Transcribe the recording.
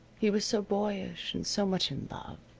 he was so boyish, and so much in love,